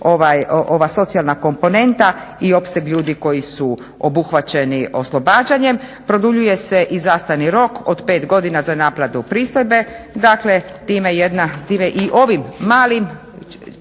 ova socijalna komponenta i opseg ljudi koji su obuhvaćeni oslobađanjem, produljuje se i zastajni rok od 5 godina za naplatu pristojbe.